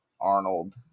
Arnold